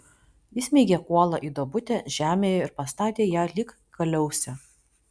įsmeigė kuolą į duobutę žemėje ir pastatė ją lyg kaliausę